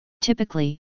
Typically